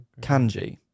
Kanji